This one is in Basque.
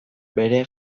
bere